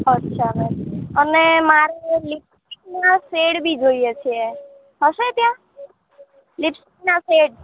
અચ્છા મેમ અને મારે લિપસ્ટિકના શેડ બી જોઈએ છીએ હશે ત્યાં લિપસ્ટિકના શેડ